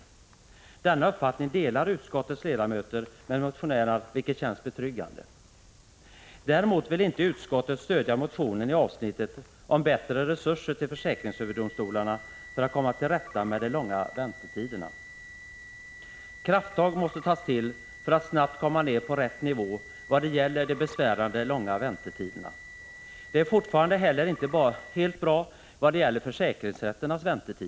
Denna motionärernas uppfattning delar utskottets ledamöter, vilket känns betryggande. Däremot vill inte utskottets majoritet stödja motionen i avsnittet om bättre resurser till försäkringsöverdomstolarna för att man skall kunna komma till rätta med problemet med de långa väntetiderna. Krafttag måste tas för att man snabbt skall komma ner på rätt nivå vad gäller de besvärande långa väntetiderna. Det är fortfarande heller inte helt bra i fråga om väntetiderna vid försäkringsrätterna.